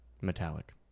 metallic